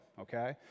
okay